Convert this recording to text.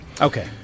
Okay